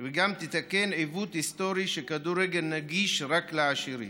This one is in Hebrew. וגם תתקן עיוות היסטורי, שכדורגל נגיש רק לעשירים.